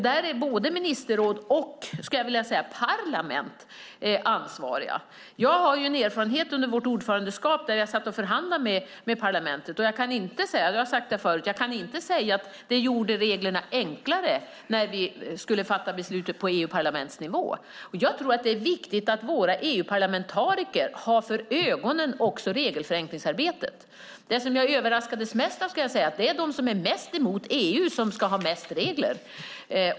Där är både ministerråd och parlament ansvariga. Jag har en erfarenhet under vårt ordförandeskap där jag satt och förhandlade med parlamentet. Jag kan inte säga att det gjorde reglerna enklare - och det har jag sagt förut - när vi skulle fatta beslutet på EU-parlamentsnivå. Det är viktigt att våra EU-parlamentariker också har regelförenklingsarbetet för ögonen. Det som jag överraskades mest av var att det de som är mest emot EU som ska ha mest regler.